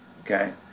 okay